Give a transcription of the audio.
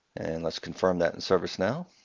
and let's confirm that in servicenow.